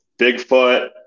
Bigfoot